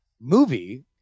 movie